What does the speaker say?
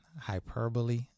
hyperbole